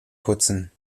putzen